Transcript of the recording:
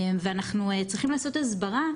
ואנחנו צריכים לעשות הסברה,